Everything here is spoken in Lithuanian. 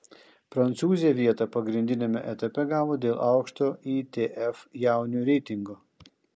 prancūzė vietą pagrindiniame etape gavo dėl aukšto itf jaunių reitingo